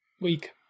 week